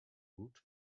root